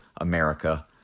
America